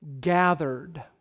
gathered